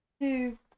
two